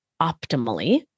optimally